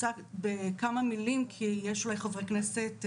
או שהילד מדווח על כך שלא כדאי שהוא יצא או שהצוות מדווח